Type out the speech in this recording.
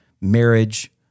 marriage